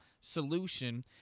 solution